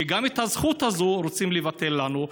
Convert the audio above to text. וגם את הזכות הזאת רוצים לבטל לנו.